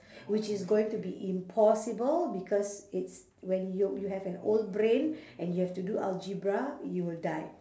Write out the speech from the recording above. which is going to be impossible because it's when you you have an old brain and you have to do algebra you will die